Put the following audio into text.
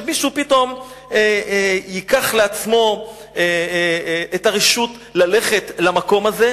שמישהו פתאום ייקח לעצמו את הרשות ללכת למקום הזה,